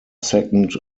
second